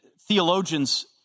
theologians